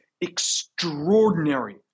extraordinary